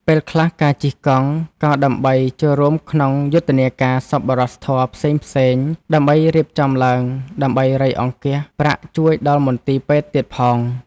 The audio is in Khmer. ពេលខ្លះការជិះកង់ ក៏ដើម្បីចូលរួមក្នុងយុទ្ធនាការសប្បុរសធម៌ផ្សេងៗ ដែលរៀបចំឡើងដើម្បីរៃអង្គាសប្រាក់ជួយដល់មន្ទីរពេទ្យទៀតផង។